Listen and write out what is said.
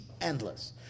endless